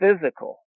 physical